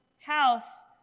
house